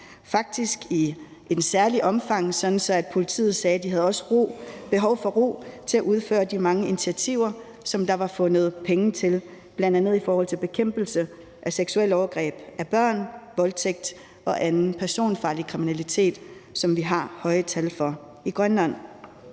faktisk i så stort omfang, at politiet sagde, at de også har behov for ro til at indføre de mange initiativer, der er fundet penge til. Det er bl.a. til bekæmpelse af seksuelle overgreb mod børn, voldtægt og anden personfarlig kriminalitet, som vi har høje tal for i Grønland.